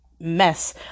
mess